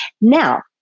Now